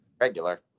Regular